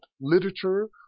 literature